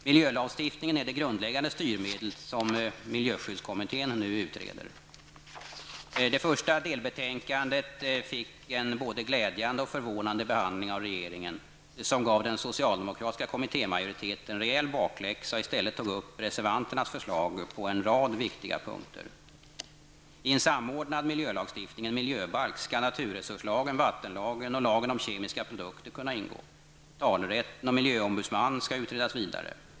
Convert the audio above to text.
Miljölagstiftningen är det grundläggande styrmedlet, som miljöskyddskommittén nu utreder. Det första delbetänkandet fick en både glädjande och förvånande behandling av regeringen, som gav den socialdemokratiska kommittémajoriteten rejäl bakläxa och i stället tog upp reservanternas förslag på en rad viktiga punkter. I en samordnad miljölagstiftning, i en miljöbalk, skall naturresurslagen, vattenlagen och lagen om kemiska produkter kunna ingå. Frågan om talerätt och miljöombudsman skall utredas vidare.